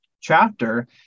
chapter